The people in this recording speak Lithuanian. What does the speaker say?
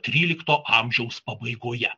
trylikto amžiaus pabaigoje